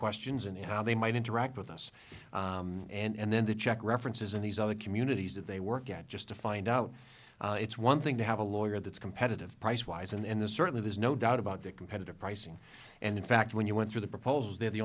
questions and how they might interact with us and then to check references in these other communities that they work out just to find out it's one thing to have a lawyer that's competitive price wise and there's certainly there's no doubt about that competitive pricing and in fact when you went through the proposals they're the